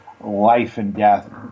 life-and-death